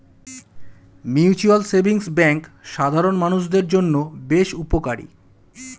mutual savings bank সাধারণ মানুষদের জন্য বেশ উপকারী